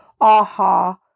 aha